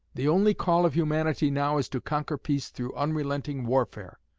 the only call of humanity now is to conquer peace through unrelenting warfare.